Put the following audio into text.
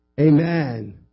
Amen